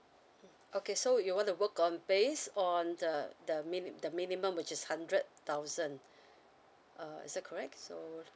okay so you want to book on base on the the mini~ the minimum which is hundred thousand uh is that correct so